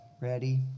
Ready